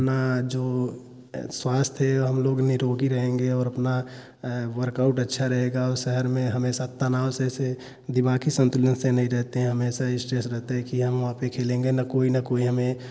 और अपना जो स्वस्थ है हम लोग निरोगी रहेंगे और अपना वर्कआउट अच्छा रहेगा और शहर में हमेशा तनाव से जैसे दिमागी संतुलन सही नहीं रहते हैं हमेशा इस्ट्रेस रहता है की हम वहाँ पर खेलेंगे ना कोई ना कोई हमें